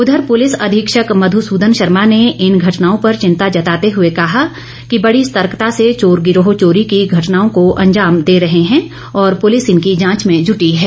उधर पुलिस अधीक्षक मधुसूदन शर्मा ने इन घटनाओं पर चिंता जताते हुए कहा कि बड़ी सतर्कता से चोर गिरोह चोरी की घटनाओं को अंजाम दे रहे हैं और पुलिस इनकी जांच में जुटी है